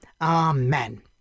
amen